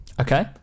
Okay